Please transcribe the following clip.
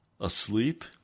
Asleep